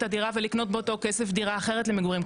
הדירה ולקנות באותו כסף דירה אחרת למגורים,